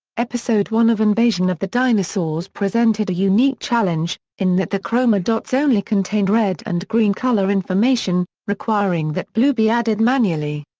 episode one of invasion of the dinosaurs presented a unique challenge, in that the chroma dots only contained red and green colour information, requiring that blue be added manually.